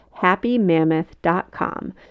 happymammoth.com